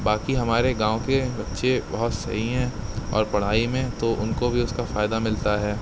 باقی ہمارے گاؤں کے بچے بہت صحیح ہیں اور پڑھائی میں تو ان کو بھی اس کا فائدہ ملتا ہے